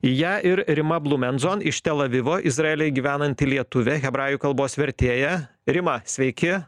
į ją ir rima blumenzon iš telavivo izraelyje gyvenanti lietuvė hebrajų kalbos vertėja rima sveiki